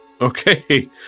Okay